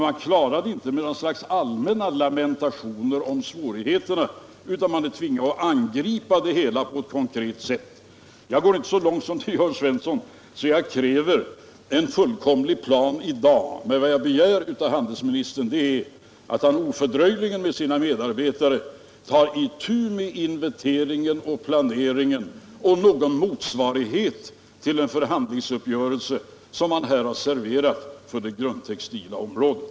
Man klarar det inte med några allmänna lamentationer om svårigheterna, utan man är tvingad att angripa problemet på ett konkret sätt. Jag går inte så långt som Jörn Svensson och kräver en fullkomlig plan i dag. Men jag kräver av handelsministern att han ofördröjligen med sina medarbetare tar itu med inventeringen och planeringen och åstadkommer någon motsvarighet till den förhandlingsuppgörelse som har serverats för det grundtextila området.